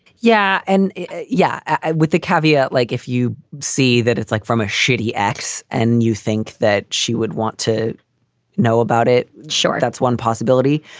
yeah and yeah, with the caveat, like if you see that it's like from a shitty ex and you think that she would want to know about it. sure, that's one possibility.